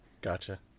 Gotcha